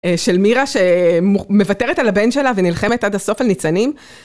של מירה שמוותרת על הבן שלה ונלחמת עד הסוף על ניצנים.